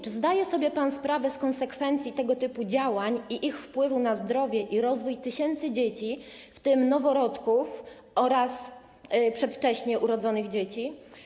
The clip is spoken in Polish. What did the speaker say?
Czy zdaje sobie pan sprawę z konsekwencji tego typu działań i ich wpływu na zdrowie i rozwój tysięcy dzieci, w tym noworodków oraz przedwcześnie urodzonych dzieci?